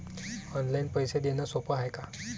Online पैसे देण सोप हाय का?